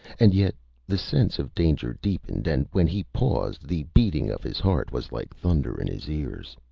and yet the sense of danger deepened, and when he paused the beating of his heart was like thunder in his ears.